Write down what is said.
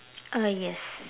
uh yes